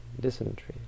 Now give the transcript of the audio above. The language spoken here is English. Dysentery